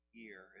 year